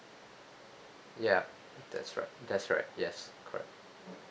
ya that's right that's right yes correct